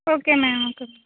okay ma'am okay okay